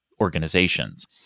organizations